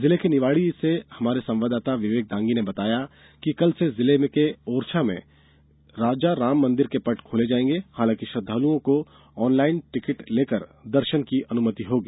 जिले निवाड़ी से हमारे संवाददाता विवेक दांगी ने बताया है कि कल से जिले के ओरछा में स्थित राम राजा मंदिर के पट खुल जायेंगे हालाकि श्रद्दालुओं को ऑनलाइन टिकिट लेकर दर्शन की अनुमति होगी